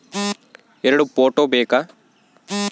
ಎರಡು ಫೋಟೋ ಬೇಕಾ?